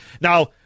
Now